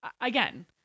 again